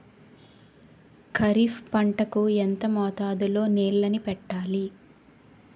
ఖరిఫ్ పంట కు ఎంత మోతాదులో నీళ్ళని పెట్టాలి?